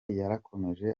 yarakomeje